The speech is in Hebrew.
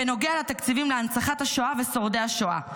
בנוגע לתקציבים להנצחת השואה ושורדי השואה,